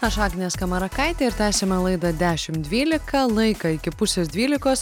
aš agnė skamarakaitė ir tęsiame laidą dešimt dvylika laiką iki pusės dvylikos